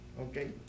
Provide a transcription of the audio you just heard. okay